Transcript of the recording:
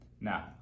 Now